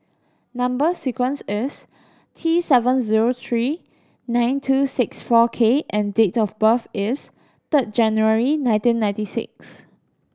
number sequence is T seven zero three nine two six four K and date of birth is third January nineteen ninety six